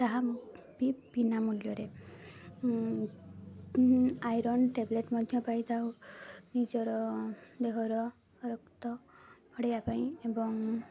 ତାହା ମୁଁ ବିନା ମୂଲ୍ୟରେ ଆଇରନ୍ ଟେବଲେଟ୍ ମଧ୍ୟ ପାଇ ନିଜର ଦେହର ରକ୍ତ ପଡ଼ିବା ପାଇଁ ଏବଂ